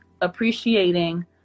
appreciating